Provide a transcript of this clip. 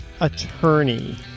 attorney